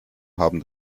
haben